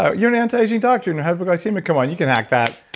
ah you're an anti-aging doctor and hypoglycemic, come on, you can act that